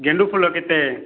ଗେଣ୍ଡୁଫୁଲ କେତେ